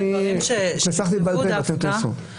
אני ניסחתי בעל פה ואתם תנסחו.